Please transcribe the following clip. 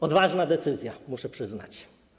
Odważna decyzja, muszę przyznać.